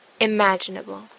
imaginable